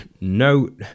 no